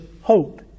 hope